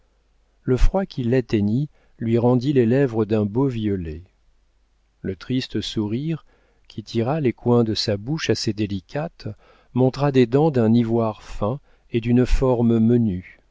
le froid qui l'atteignit lui rendit les lèvres d'un beau violet le triste sourire qui tira les coins de sa bouche assez délicate montra des dents d'un ivoire fin et d'une forme menue